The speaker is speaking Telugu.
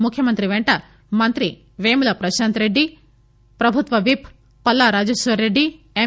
ముఖ్యమంత్రి వెంట మంత్రి వేముల ప్రశాంత్రెడ్డి ప్రభుత్వ విప్ పల్లా రాజేశ్వర్రెడ్డి ఎం